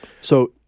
So-